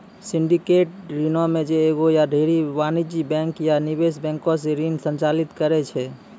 syndicated ऋणो मे जे एगो या ढेरी वाणिज्यिक बैंक या निवेश बैंको से ऋण संचालित करै छै